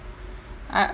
I uh